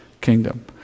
kingdom